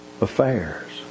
affairs